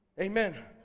Amen